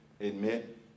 admit